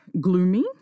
gloomy